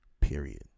Period